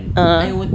(uh huh)